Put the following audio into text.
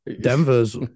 Denver's